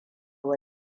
wa